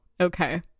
Okay